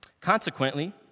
Consequently